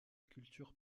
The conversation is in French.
culture